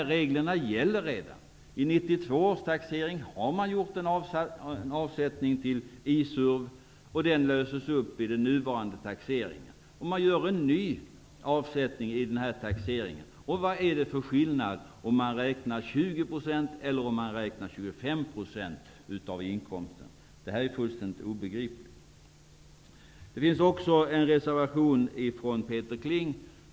I 1992 års taxering har en avsättning till nämnda I-SURV gjorts, och den löses upp i den nuvarande taxeringen. Man gör en ny avsättning i den här taxeringen. Vad är det för skillnad om det är fråga om 20 eller 25 % av inkomsten? Förda resonemang är fullständigt obegripliga. Det finns också en reservation av Peter Kling.